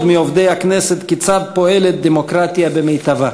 מעובדי הכנסת כיצד פועלת דמוקרטיה במיטבה.